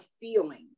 feeling